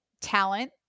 talent